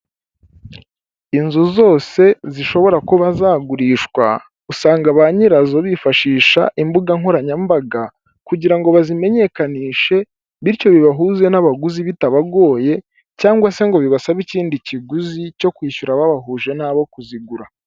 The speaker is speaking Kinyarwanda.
Inzu zose zishobora kuba zagurishwa, usanga ba nyirazo bifashisha imbuga nkoranyambaga kugira ngo bazimenyekanishe bityo bibahuze n'abaguzi bitabagoye cyangwa se ngo bibasabe ikindi kiguzi cyo kwishyura ababahuje n'abo kuzigura.